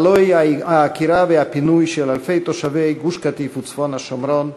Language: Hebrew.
הלוא היא העקירה והפינוי של אלפי תושבי גוש-קטיף וצפון השומרון,